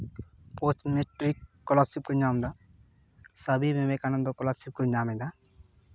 post matric scholarship ᱠᱚ ᱧᱟᱢᱮᱫᱟ Swami Vivekananda scholarship ᱠᱚ ᱧᱟᱢᱮᱫᱟ